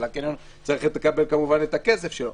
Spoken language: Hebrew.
אבל הקניון צריך כמובן לקבל את הכסף שלו.